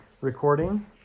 recording